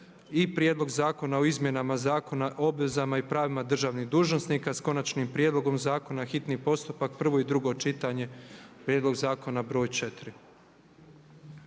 Prijedlog zakona o izmjenama Zakona o obvezama i pravima državnih dužnosnika sa Konačnim prijedlogom Zakona, hitni postupak, prvo i drugo čitanje, P.Z. br. 4.;